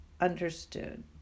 understood